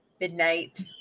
midnight